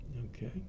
Okay